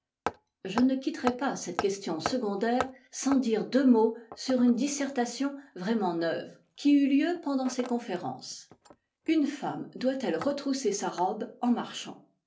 je ne quitterai pas cette question secondaire sans dire deux mots sur une dissertation vraiment neuve qui eut lieu pendant ces conférences une femme doit-elle retrousser sa robe en marchant